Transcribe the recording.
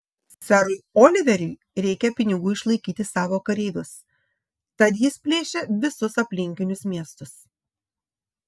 serui oliveriui reikia pinigų išlaikyti savo kareivius tad jis plėšia visus aplinkinius miestus